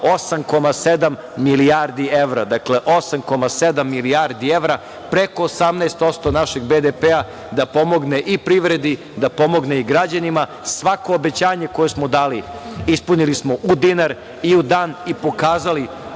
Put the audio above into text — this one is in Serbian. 8,7 milijardi evra. Dakle, 8,7 milijardi evra, preko 18% našeg BDP da pomogne i privredi, da pomogne i građanima. Svako obećanje koje smo dali ispunili smo u dinar i u dan i pokazali